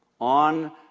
on